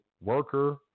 worker